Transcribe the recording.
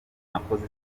nakoze